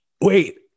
wait